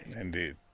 Indeed